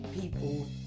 people